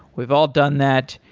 we've all done that,